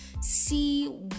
see